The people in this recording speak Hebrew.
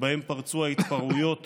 שבהם פרצו ההתפרעויות